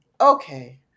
okay